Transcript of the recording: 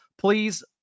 please